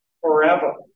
forever